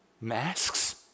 masks